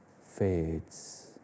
fades